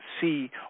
see